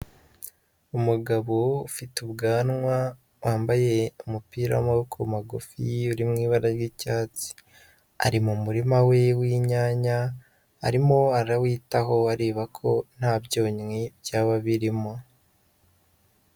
Umugabo ufite ubwanwa, wambaye umupira w'amaboko magufi uri mu ibara ry'icyatsi, ari mu murima we w'inyanya, arimo arawitaho areba ko nta byonnyi byaba birimo.